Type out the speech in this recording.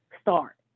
start